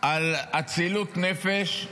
על אצילות נפש,